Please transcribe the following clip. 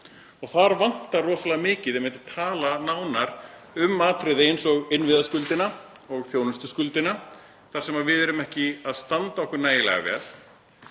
og þar vantar einmitt rosalega mikið að tala nánar um atriði eins og innviðaskuldina og þjónustuskuldina þar sem við erum ekki að standa okkur nægilega vel.